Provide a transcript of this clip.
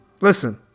Listen